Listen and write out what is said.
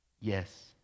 Yes